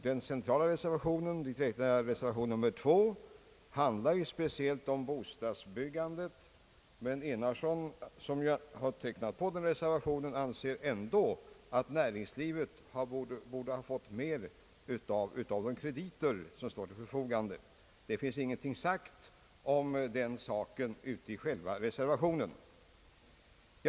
Den centrala reservationen, reservation nr 2, handlar speciellt om bostadsbyggandet, men herr Enarsson, som ju har tecknat på reservationen, anser ändå att näringslivet borde ha fått mer av de krediter som står till förfogande. Det finns ingenting sagt om den saken i själva reservationen.